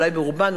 אולי ברובן,